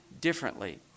differently